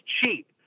cheap